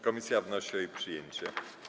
Komisja wnosi o jej przyjęcie.